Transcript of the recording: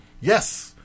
Yes